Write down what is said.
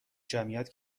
جمعیت